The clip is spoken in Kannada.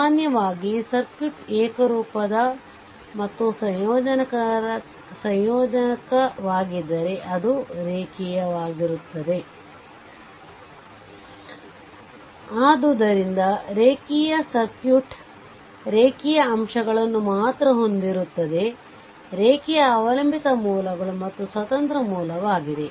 ಸಾಮಾನ್ಯವಾಗಿ ಸರ್ಕ್ಯೂಟ್ ಏಕರೂಪದ ಮತ್ತು ಸಂಯೋಜಕವಾಗಿದ್ದರೆ ಅದು ರೇಖೀಯವಾಗಿರುತ್ತದೆ ಆದ್ದರಿಂದ ರೇಖೀಯ ಸರ್ಕ್ಯೂಟ್ ರೇಖೀಯ ಅಂಶಗಳನ್ನು ಮಾತ್ರ ಹೊಂದಿರುತ್ತದೆ ಆದ್ದರಿಂದ ರೇಖೀಯ ಅವಲಂಬಿತ ಮೂಲಗಳು ಮತ್ತು ಸ್ವತಂತ್ರ ಮೂಲವಾಗಿದೆ